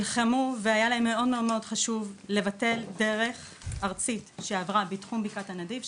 נלחמו והיה להם מאוד מאוד חשוב לבטא דרך ארצית שעברה בתחום בקעת הנדיב,